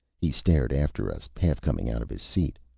he stared after us, half coming out of his seat.